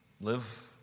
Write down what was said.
live